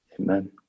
Amen